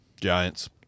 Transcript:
Giants